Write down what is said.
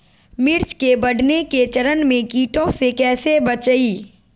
मिर्च के बढ़ने के चरण में कीटों से कैसे बचये?